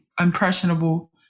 impressionable